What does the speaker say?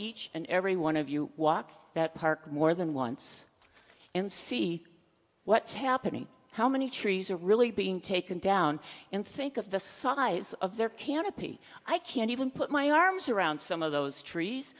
each and every one of you walk that park more than once and see what's happening how many trees are really being taken down and think of the size of the canopy i can't even put my arms around some of those trees